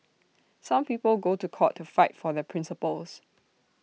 some people go to court to fight for their principles